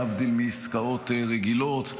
להבדיל מעסקאות רגילות,